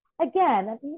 Again